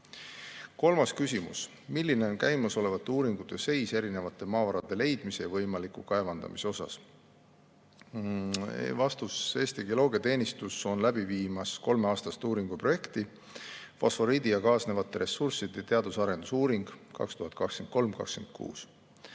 Kolmas küsimus: "Milline on käimasolevate uuringute seis erinevate maavarade leidmise ja võimaliku kaevandamise osas?" Vastus. Eesti Geoloogiateenistus on läbi viimas kolmeaastast uuringuprojekti "Fosforiidi ja kaasnevate ressursside teadus- ja arendusuuring 2023–2026".